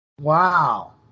Wow